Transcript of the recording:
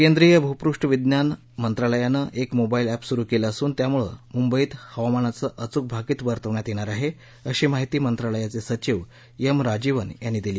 केंद्रीय भूपुष्ठ विज्ञान मंत्रालयानं एक मोबाईल अप्ट सूरू केलं असून यामुळे मुंबईत हवामानाचं अचूक भाकीत वर्तवण्यात येणार आहे अशी माहिती मंत्रालयाचे सचिव एम राजीवन यांनी दिली